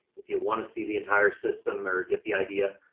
if you want to see the entire system or get the idea,